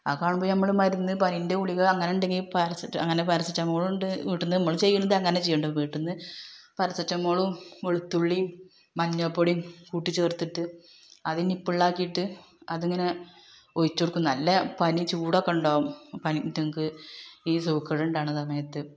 അത് കാണുമ്പോൾ നമ്മൾ മരുന്ന് പനിൻ്റെ ഗുളിക അങ്ങനെ ഉണ്ടെങ്കിൽ പാരസെറ്റമൊൾ അങ്ങനെ പാരസിറ്റമോളുണ്ട് വീട്ടിൽ നിന്ന് നമ്മൾ ചെയ്യുന്നത് അങ്ങനെ ചെയ്യുന്നുണ്ട് വീട്ടിൽ നിന്ന് പാരസിറ്റമോളും വെളുത്തുള്ളിയും മഞ്ഞൾപൊടിയും കൂട്ടിച്ചേർത്തിട്ട് അത് നിപ്പിളിലാക്കിയിട്ട് അതങ്ങനെ ഒഴിച്ച് കൊടുക്കും നല്ല പനിയും ചുടൊക്കെ ഉണ്ടാവും പനി ഇവറ്റങ്ങക്ക് ഈ സൂക്കേട് ഉണ്ടാവുന്ന സമയത്ത്